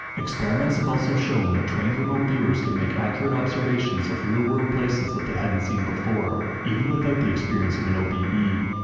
experiments have also shown that trained remote viewers can make accurate observations of real-world places that they hadn't seen before, even without the experience of an obe. while